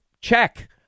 check